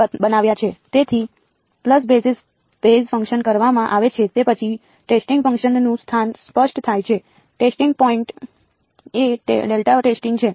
તેથી pulse basis base function કરવામાં આવે છે તે પછી ટેસ્ટિંગ ફંક્શનનું સ્થાન સ્પષ્ટ થાય છે ટેસ્ટિંગ પોઈન્ટ એ ડેલ્ટા ટેસ્ટિંગ છે